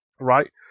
right